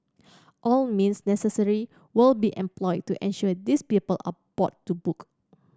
all means necessary will be employed to ensure these people are bought to book